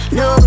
no